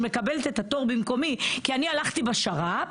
שמקבלת את התור במקומי כי אני הלכתי בשר"פ,